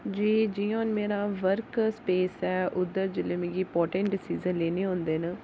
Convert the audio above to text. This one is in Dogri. जियां हुन मेरा वर्क स्पेस ऐ उद्धर जिसलै मिगी इम्पार्टेंट डिसिजन लैने होंदे न